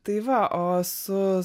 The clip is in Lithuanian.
tai va o su